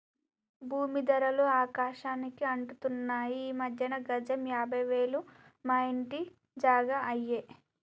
భూమీ ధరలు ఆకాశానికి అంటుతున్నాయి ఈ మధ్యన గజం యాభై వేలు మా ఇంటి జాగా అయ్యే